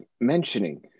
mentioning